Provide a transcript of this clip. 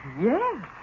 Yes